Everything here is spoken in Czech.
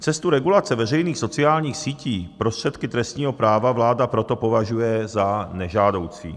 Cestu regulace veřejných sociálních sítí prostředky trestního práva vláda proto považuje za nežádoucí.